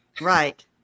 Right